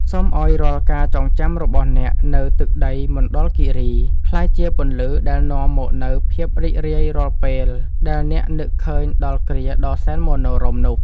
សូមឱ្យរាល់ការចងចាំរបស់អ្នកនៅទឹកដីមណ្ឌលគីរីក្លាយជាពន្លឺដែលនាំមកនូវភាពរីករាយរាល់ពេលដែលអ្នកនឹកឃើញដល់គ្រាដ៏សែនមនោរម្យនោះ។